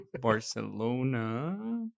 barcelona